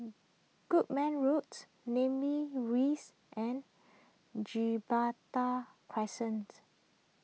Goodman Road Namly Rise and Crescent